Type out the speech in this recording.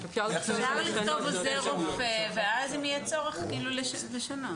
אפשר לכתוב עוזר רופא, ואז אם יהיה צורך לשנות.